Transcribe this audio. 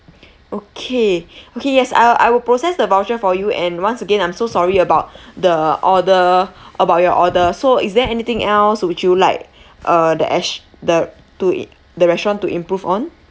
okay okay yes I will I will process the voucher for you and once again I'm so sorry about the order about your order so is there anything else would you like uh the res~ the to it the restaurant to improve on